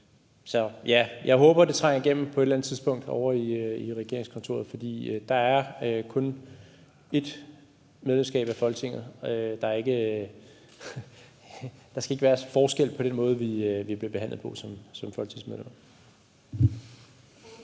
Jeg håber, det trænger igennem på et eller andet tidspunkt ovre i regeringskontorerne, for der er kun ét medlemskab af Folketinget; der skal ikke være forskel på den måde, vi bliver behandlet på som folketingsmedlemmer.